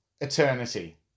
Eternity